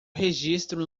registro